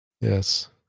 yes